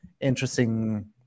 interesting